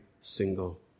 single